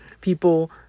people